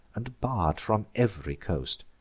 and barr'd from ev'ry coast.